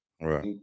right